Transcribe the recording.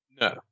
No